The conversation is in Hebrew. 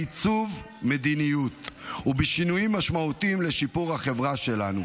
בעיצוב מדיניות ובשינויים משמעותיים לשיפור החברה שלנו.